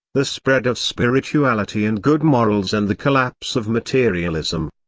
the spread of spirituality and good morals and the collapse of materialism.